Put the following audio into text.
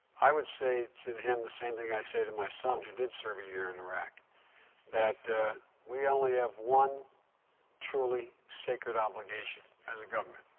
i would say to him the same thing i say to my son, who did serve year in iraq that we only have one truly sacred obligation as a government.